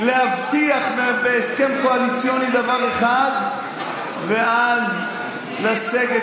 להבטיח בהסכם קואליציוני דבר אחד ואז לסגת